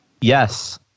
Yes